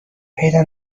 پیدا